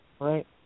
right